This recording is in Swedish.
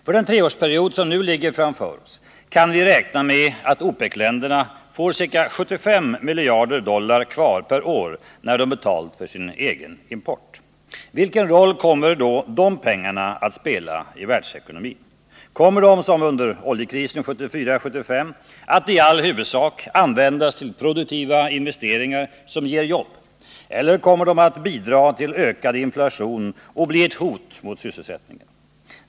För den treårsperiod som nu ligger framför oss kan vi räkna med att OPEC-länderna får ca 75 miljarder dollar kvar per år när de har betalat för sin egen import. Vilken roll kommer dessa pengar att spela i världsekonomin? Kommer de, som under oljekrisen 1974-1975, att i huvudsak användas till produktiva investeringar som ger jobb eller kommer de att bidra till ökad inflation och bli ett hot mot sysselsättningen?